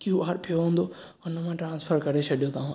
कयू R पियो हूंदो हुन मां ट्रांसफ़र करे छॾियो तव्हां